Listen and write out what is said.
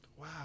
wow